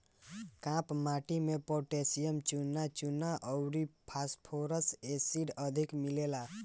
काप माटी में पोटैशियम, चुना, चुना अउरी फास्फोरस एसिड अधिक मिलेला